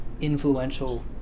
influential